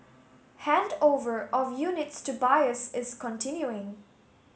handover of units to buyers is continuing